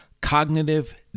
cognitive